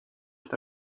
est